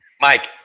Mike